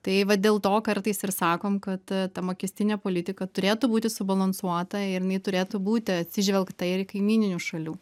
tai va dėl to kartais ir sakom kad ta mokestinė politika turėtų būti subalansuota ir jinai turėtų būti atsižvelgta ir į kaimyninių šalių